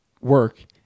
work